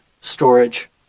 storage